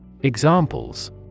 Examples